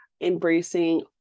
embracing